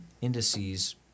indices